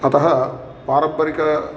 अतः पारंपरिक